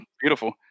Beautiful